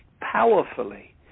powerfully